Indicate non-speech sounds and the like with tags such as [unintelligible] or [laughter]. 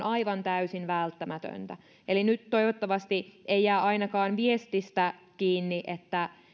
[unintelligible] aivan täysin välttämätöntä eli nyt toivottavasti ei jää ainakaan viestistä kiinni että